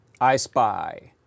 iSpy